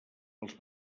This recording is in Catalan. els